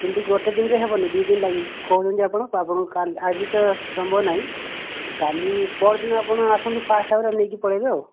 କିନ୍ତୁ ଗୋଟିଏ ଦିନରେ ହେବନି ଦୁଇ ଦିନ ଲାଗି କହୁଛନ୍ତି ଆପଣ ଆପଣଙ୍କୁ କାଲି ଆଜି ତ ସମୟ ନାହିଁ କାଲି ପହରଦିନ ଆପଣ ଆସନ୍ତୁ ଫାଷ୍ଟ ଆୱାର ରେ ନେଇକି ପଳେଇବେ ଆଉ